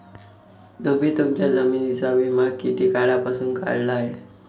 तुम्ही तुमच्या जमिनींचा विमा किती काळापासून काढला आहे?